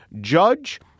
judge